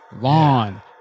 lawn